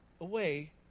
away